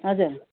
हजुर